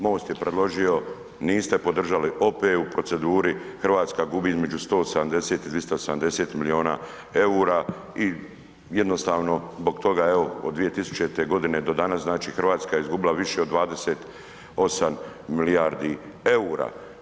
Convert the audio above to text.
MOST je predložio, niste podržali opet u proceduri, Hrvatska gubi između 170 i 270 miliona EUR-a i jednostavno zbog toga evo od 2000. godine do danas znači Hrvatska je izgubila više od 28 milijardi EUR-a.